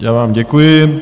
Já vám děkuji.